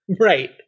right